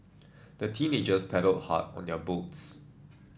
the teenagers paddled hard on their boats